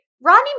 Rodney